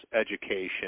education